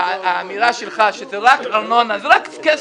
האמירה שלך שזה רק ארנונה, זה רק כסף,